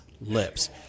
lips